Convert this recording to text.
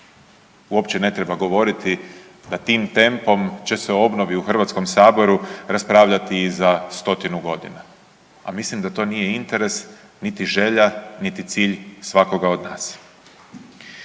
Uopće ne treba govoriti da tim tempom će se o obnovi u HS raspravljati i za 100-tinu godina, a mislim da to nije interes, niti želja, niti cilj svakoga od nas.